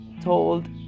told